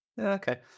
Okay